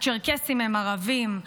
הצ'רקסים הם ערבים,